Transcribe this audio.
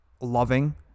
loving